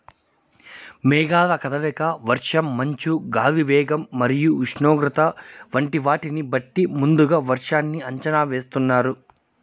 మేఘాల కదలిక, వర్షం, మంచు, గాలి వేగం మరియు ఉష్ణోగ్రత వంటి వాటిని బట్టి ముందుగా వర్షాన్ని అంచనా వేస్తున్నారు